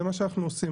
זה מה שאנחנו עושים.